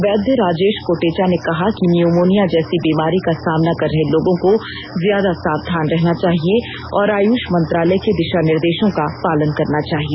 वैद्य राजेश कोटेचा ने कहा कि न्यूमोनिया जैसी बीमारी का सामना कर रहे लोगों को ज्यादा साक्धान रहना चाहिए और आयुष मंत्रालय के दिशा निर्देशों का पालन करना चाहिए